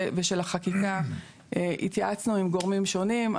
ושל החקיקה התייעצנו עם גורמים שונים.